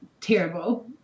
terrible